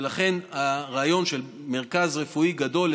ולכן הרעיון של מרכז רפואי גדול,